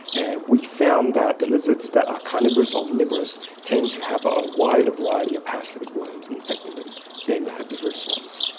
and we found that the lizards that are carnivorous or omnivorous tend to have a wider variety of parasitic worms infecting them than the herbivorous ones.